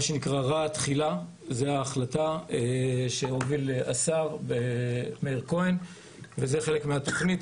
זו ההחלטה שהוביל השר מאיר כהן וזו חלק מהתוכנית.